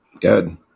Good